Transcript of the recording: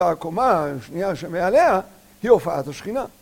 והעקומה השנייה שמעליה היא הופעת השכינה.